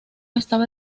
estaba